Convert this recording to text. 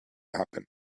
happen